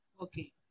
Okay